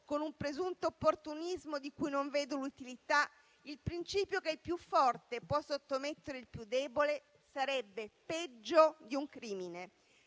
con un presunto opportunismo di cui non vedo l'utilità, il principio che il più forte può sottomettere il più debole, sarebbe peggio di un crimine.